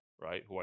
Right